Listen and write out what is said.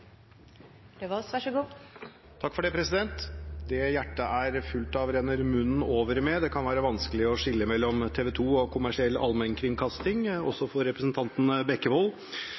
fullt av, renner munnen over med. Det kan være vanskelig å skille mellom TV 2 og kommersiell allmennkringkasting, også for representanten Bekkevold.